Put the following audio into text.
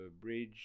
bridge